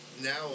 now